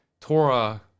Torah